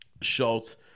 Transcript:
Schultz